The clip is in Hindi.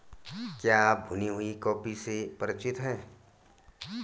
क्या आप भुनी हुई कॉफी से परिचित हैं?